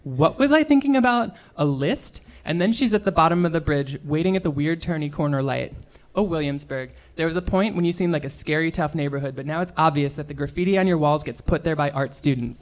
what was i thinking about a list and then she's at the bottom of the bridge waiting at the weird turn the corner light williamsburg there was a point when you seemed like a scary tough neighborhood but now it's obvious that the graffiti on your walls gets put there by art student